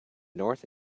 north